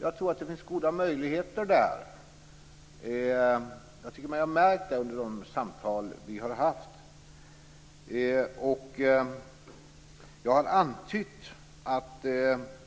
Jag tror att det finns goda möjligheter för detta. Jag tycker mig ha märkt det under de samtal som vi har haft. Jag har antytt,